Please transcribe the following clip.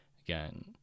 again